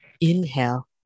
Inhale